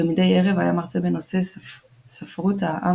ומדי ערב היה מרצה בנושא ספרות "העם